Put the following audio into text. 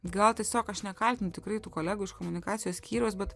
gal tiesiog aš nekaltinu tikrai tų kolegų iš komunikacijos skyriaus bet